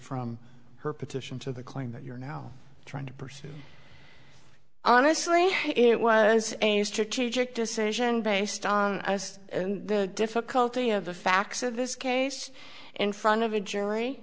from her petition to the claim that you're now trying to pursue honestly it was a strategic decision based on the difficulty of the facts of this case in front of a jury